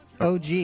OG